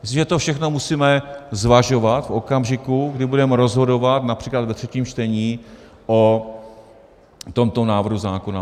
Myslím, že to všechno musíme zvažovat v okamžiku, kdy budeme rozhodovat například ve třetím čtení o tomto návrhu zákona.